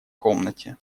комнате